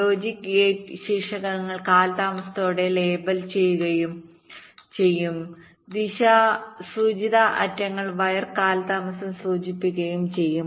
logic gate ശീർഷകങ്ങൾ കാലതാമസത്തോടെ label ചെയ്യുകയും ദിശാസൂചിത അറ്റങ്ങൾ വയർ കാലതാമസം സൂചിപ്പിക്കുകയും ചെയ്യും